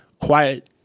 quiet